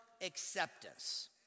acceptance